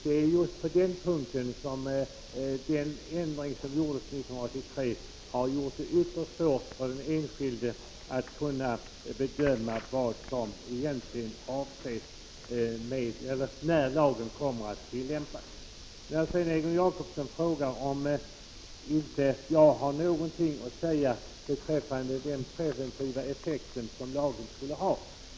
Det är just på den punkten som den ändring som infördes 1983 har gjort att det är ytterst svårt för den enskilde att bedöma när lagen kommer att tillämpas. Sedan undrade Egon Jacobsson om inte jag har någonting att säga beträffande den preventiva effekt som lagen skulle ha.